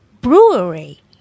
brewery